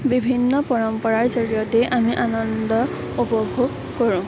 বিভিন্ন পৰম্পৰাৰ জৰিয়তেই আমি আনন্দ উপভোগ কৰোঁ